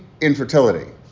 infertility